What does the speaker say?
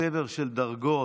צבר של דרגות,